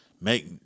make